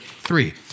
three